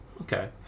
Okay